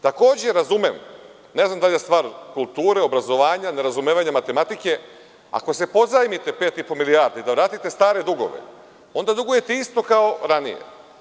Takođe razumem, ne znam da li je stvar kulture, obrazovanja, nerazumevanja matematike, ako se pozajmite pet i po milijarde da vratite stare dugove, onda dugujete isto kao ranije.